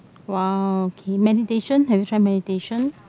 !wow! okay meditation have you tried meditation